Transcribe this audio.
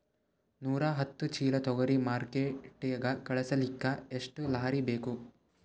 ನೂರಾಹತ್ತ ಚೀಲಾ ತೊಗರಿ ಮಾರ್ಕಿಟಿಗ ಕಳಸಲಿಕ್ಕಿ ಎಷ್ಟ ಲಾರಿ ಬೇಕು?